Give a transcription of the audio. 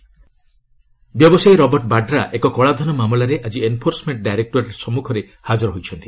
ED Vadra ବ୍ୟବସାୟୀ Robert Vadra ଏକ କଳାଧନ ମାମଲାରେ ଆଜି ଏନଫୋର୍ସମେଣ୍ଟ ଡାଇରେକ୍ଟୋରେଟ ସମ୍ମୁଖରେ ହାଜର ହୋଇଛନ୍ତି